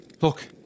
Look